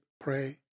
pray